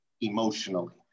emotionally